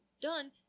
Done